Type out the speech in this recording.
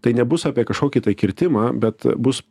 tai nebus apie kažkokį tai kirtimą bet bus